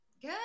Good